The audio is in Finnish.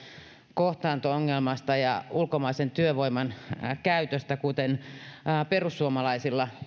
kohtaanto ongelmasta ja ulkomaisen työvoiman käytöstä kuin perussuomalaisilla